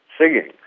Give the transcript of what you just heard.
singing